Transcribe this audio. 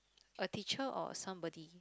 a teacher or somebody